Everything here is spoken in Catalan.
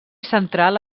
central